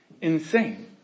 insane